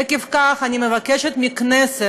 עקב כך, אני מבקשת מהכנסת,